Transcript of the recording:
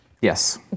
Yes